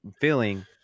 feeling